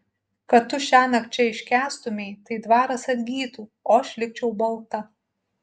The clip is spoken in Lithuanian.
kad tu šiąnakt čia iškęstumei tai dvaras atgytų o aš likčiau balta